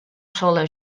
sola